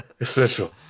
Essential